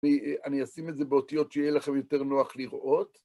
ואני אשים את זה באותיות שיהיה לכם יותר נוח לראות.